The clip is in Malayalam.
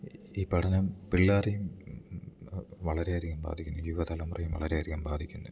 ഈ പഠനം പിള്ളേരെയും വളരെ അധികം ബാധിക്കുന്നു യുവതതലമുറയെ വളരെയധികം ബാധിക്കുന്നു